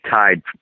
tied